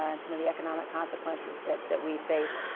and some of the economic consequences that, that we faced.